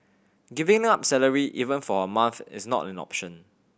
giving up salary even for a month is not an option